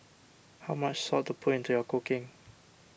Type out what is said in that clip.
how much salt to put into your cooking